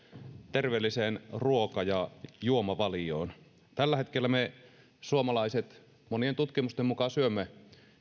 terveelliseen ruoka ja juomavalioon tällä hetkellä me suomalaiset monien tutkimusten mukaan syömme